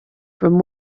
from